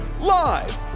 Live